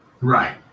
Right